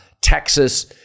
Texas